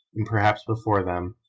and perhaps before them,